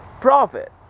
profit